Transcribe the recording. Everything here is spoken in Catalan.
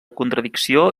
contradicció